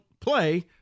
play